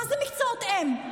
מה זה מקצועות אם?